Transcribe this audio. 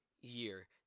year